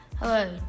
Hello